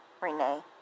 Renee